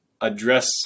address